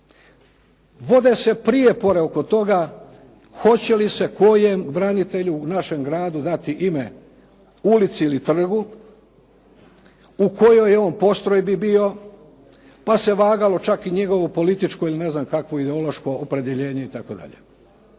Vode se prijepori oko toga, hoće li se kojem branitelju u našem gradu dati ime ulici ili trgu, u kojoj je on postrojbi bio, pa se vagalo čak i njegovo političko ili ne znam kakvo, ideološko opredjeljenje itd..